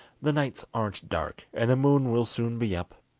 the nights aren't dark, and the moon will soon be up.